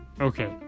Okay